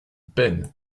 peine